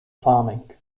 farming